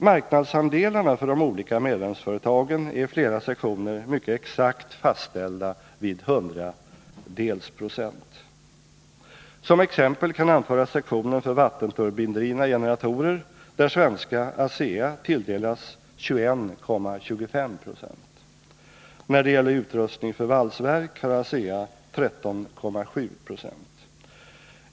Marknadsandelarna för de olika medlemsföretagen är i flera sektioner mycket exakt fastställda vid hundradels procent. Som exempel kan anföras sektionen för vattenturbindrivna generatorer där svenska ASEA tilldelats 21,25 70. När det gäller utrustning för valsverk har ASEA 13,7 90.